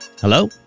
Hello